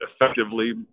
effectively